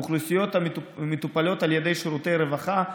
אוכלוסיות המטופלות על ידי שירותי הרווחה,